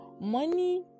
money